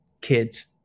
kids